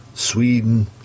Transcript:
Sweden